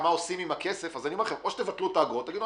מה עושים עם הכסף אז אני אומר לכם או שתבטלו את האגרות ותגידו,